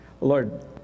Lord